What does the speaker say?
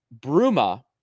Bruma